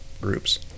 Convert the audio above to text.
groups